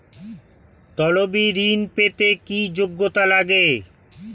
তলবি ঋন পেতে কি যোগ্যতা লাগে?